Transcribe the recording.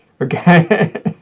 Okay